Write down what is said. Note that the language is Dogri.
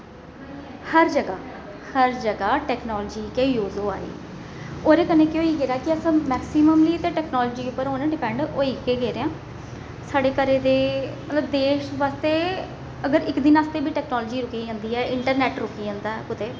हर जगह हर जगह टैक्नालाजी गै यूज होआ दी ओहदे कन्नै केह् होई गेदा कि अस मैक्सीमम टैक्नालाजी उप्पर हून डिपैंड होई गै गेदे आं साढ़े घरै दे मतलब देश बास्तै अगर इक दिन आस्तै बी टैक्नालाजी रुकी जंदी ऐ इंटरनेट रुकी जंदा ऐ कुतै